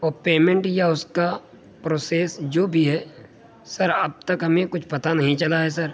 وہ پیمنٹ یا اس کا پروسیس جو بھی ہے سر اب تک ہمیں کچھ پتہ نہیں چلا ہے سر